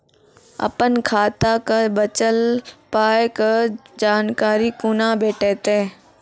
अपन खाताक बचल पायक जानकारी कूना भेटतै?